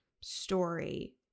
story